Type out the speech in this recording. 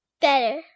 better